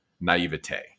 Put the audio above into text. naivete